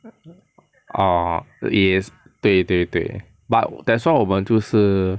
err it is 对对对 but that's why 我们就是